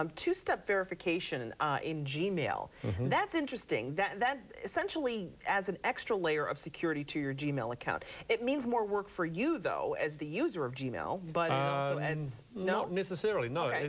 um two-step verification and ah in gmail that's interesting that that essentially adds an extra layer of security to your gmail account it means more work for you though, as the user of gmail. but mike not necessarily, no,